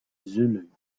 zulu